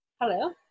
Hello